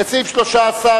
לסעיף 13,